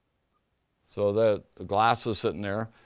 so the the glasses sittin' there.